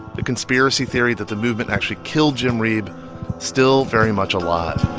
the conspiracy theory that the movement actually killed jim reeb still very much alive